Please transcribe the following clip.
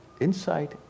insight